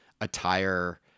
attire